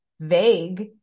vague